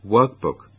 Workbook